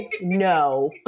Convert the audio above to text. no